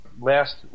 Last